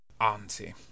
Auntie